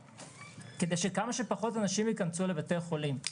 כדי שכמה שפחות אנשים ייכנסו לבתי החולים.